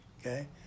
Okay